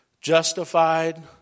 justified